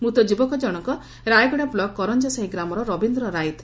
ମୃତ ଯୁବକ ଜଶକ ରାୟଗଡ ବ୍ଲକ କରଞ୍ଞସାହି ଗ୍ରାମର ରବୀନ୍ଦ ରାଇତ